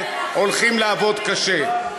אנחנו בכל מקרה הולכים לעבוד קשה.